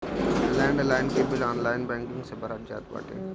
land line के bill online banking से भरा जात बाटे